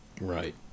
Right